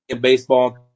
baseball